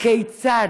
הכיצד?